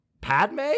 Padme-